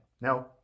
Now